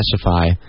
specify